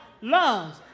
lungs